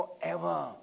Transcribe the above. forever